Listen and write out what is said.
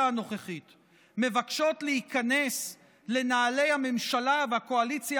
הנוכחית מבקשות להיכנס לנעלי הממשלה והקואליציה